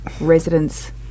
residents